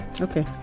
Okay